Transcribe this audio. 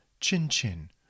Chin-chin